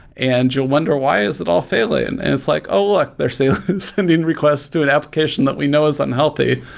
and you'll wonder, why is it all failing? and and it's like, oh, look! they're so sending request to an application that we know is unhealthy,